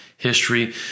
history